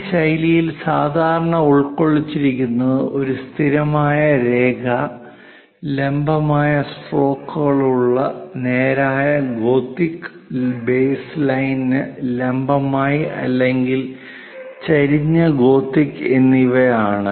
ഈ ശൈലിയിൽ സാധാരണ ഉൾക്കൊള്ളിച്ചിരിക്കുന്നത് ഒരു സ്ഥിരമായ രേഖ ലംബമായ സ്ട്രോക്കുകളുള്ള നേരായ ഗോതിക് ബേസ്ലൈനിന് ലംബമായി അല്ലെങ്കിൽ ചെരിഞ്ഞ ഗോതിക് എന്നിവ ആണ്